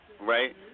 right